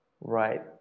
Right